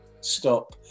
stop